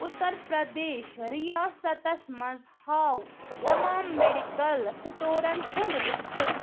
اُتر پرٛدیش ریاستس مَنٛز ہاو تمام میڈیکل سٹورَن ہُنٛد لسٹ